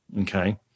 okay